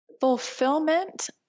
Fulfillment